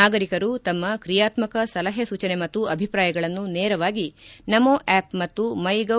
ನಾಗರಿಕರು ತಮ್ಮ ತ್ರಿಯಾತ್ಮಕ ಸಲಹೆ ಸೂಚನೆ ಮತ್ತು ಅಭಿಪ್ರಾಯಗಳನ್ನು ನೇರವಾಗಿ ನಮೋ ಆಪ್ ಮತ್ತು ಮೈಗೌ